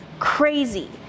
crazy